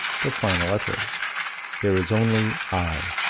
the final utterance there is only i.